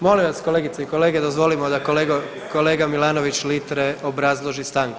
Molim vas kolegice i kolege dozvolimo da kolega Milanović Litre obrazloži stanku.